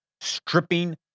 stripping